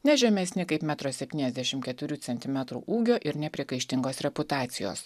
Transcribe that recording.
ne žemesni kaip metras septyniasdešimt keturių centimetrų ūgio ir nepriekaištingos reputacijos